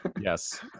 Yes